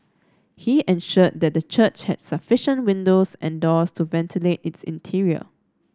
he ensured that the church has sufficient windows and doors to ventilate its interior